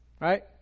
Right